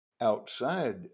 Outside